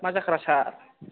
हाब मा जाखोरा सार